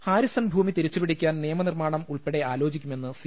Harrison ഭൂമി തിരിച്ചുപിടിക്കാൻ നിയമനിർമ്മാണം ഉൾപ്പെടെ ആലോചിക്കുമെന്ന് സി